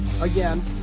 again